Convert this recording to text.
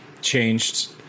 changed